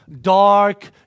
dark